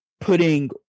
putting